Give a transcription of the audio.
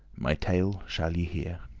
my tale shall ye hear.